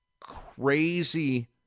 crazy